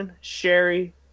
Sherry